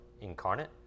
incarnate